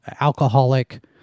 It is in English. alcoholic